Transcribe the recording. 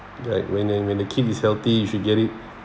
like when and when the kid is healthy you should get it